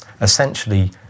Essentially